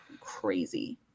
Crazy